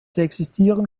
existieren